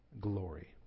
glory